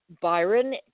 Byron